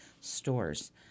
stores